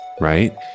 right